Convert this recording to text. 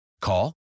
Call